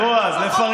יותר